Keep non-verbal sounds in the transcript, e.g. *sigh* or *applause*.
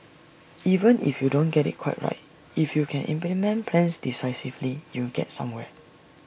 *noise* even if you don't get IT quite right if you can implement plans decisively you get somewhere